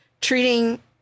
treating